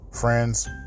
friends